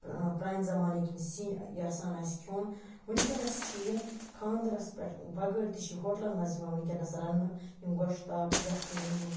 پرانہ زَمانٕکۍ یِم سیِن یَژھان آسہِ کھیوٚن ونکیٚنَس چھ یہِ خاندرس پیٚٹھ بَغٲر تہِ چھ ہوٹلَن مَنٛز ونکیٚنَس یِوان رَننہٕ یِم گۄشتاب یَکھٕنۍ یِم